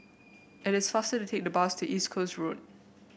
it is faster to take the bus to East Coast Road